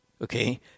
okay